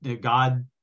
God